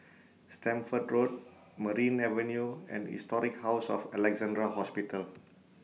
Stamford Road Merryn Avenue and Historic House of Alexandra Hospital